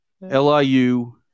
LIU